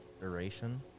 duration